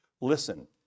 Listen